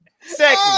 Second